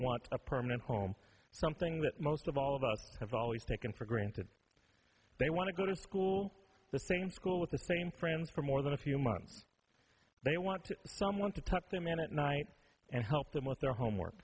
want a permanent home something that most of all of us have always taken for granted they want to go to school the same school with the same friends for more than a few months they want to someone to talk to a man at night and help them with their homework